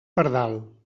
pardal